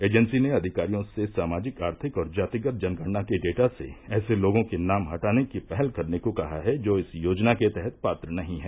agency ने अधिकारियों से सामाजिक आर्थिक और जातिगत जनगणना के डेटा से ऐसे लोगों के नाम हटाने की पहल करने को कहा है जो इस योजना के तहत पात्र नहीं हैं